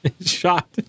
shot